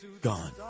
Gone